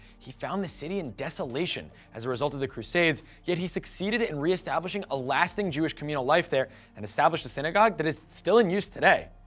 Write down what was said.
he found the city in desolation as a result of the crusades, yet he succeeded in reestablishing a lasting jewish communal life there and established a synagogue that is still in use today.